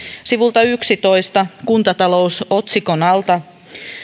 sivulta yhdentoista kuntatalous otsikon alta